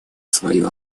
свою